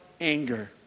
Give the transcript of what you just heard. anger